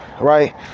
right